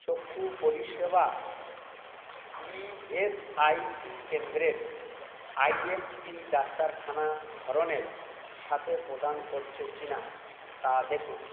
চক্ষু পরিষেবা ইএসআইসি কেন্দ্রের আই এম পি ডাক্তারখানা ধরনের সাথে প্রদান করছে কিনা তা দেখুন